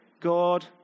God